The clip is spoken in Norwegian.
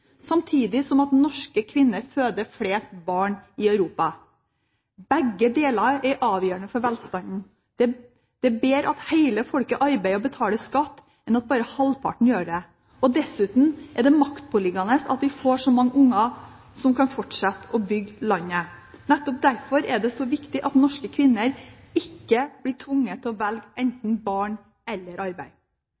samtidig som norske kvinner føder flest barn i Europa. Begge deler er avgjørende for velstanden. Det er bedre at hele folket arbeider og betaler skatt, enn at bare halvparten gjør det. Dessuten er det maktpåliggende at vi får mange unger som kan fortsette å bygge landet. Nettopp derfor er det så viktig at norske kvinner ikke blir tvunget til å velge